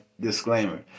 Disclaimer